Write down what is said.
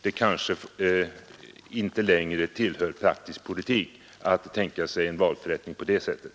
Det kanske inte längre tillhör praktisk politik att tänka sig en valförrättning på det sättet.